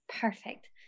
Perfect